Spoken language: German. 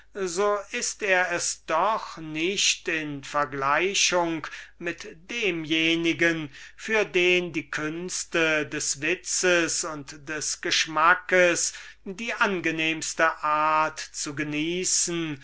so ist er es doch nicht in vergleichung mit demjenigen für den die künste des witzes und des geschmacks die angenehmste art der bedürfnisse der natur zu genießen